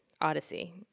Odyssey